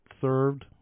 served